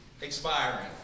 expiring